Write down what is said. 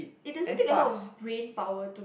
it doesn't take a lot of brain power to